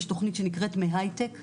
יש תכנית שנקראת "מהייטק להוראה",